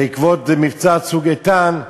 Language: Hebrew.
בעקבות מבצע "צוק איתן",